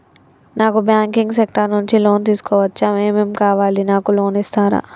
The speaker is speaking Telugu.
నాకు బ్యాంకింగ్ సెక్టార్ నుంచి లోన్ తీసుకోవచ్చా? ఏమేం కావాలి? నాకు లోన్ ఇస్తారా?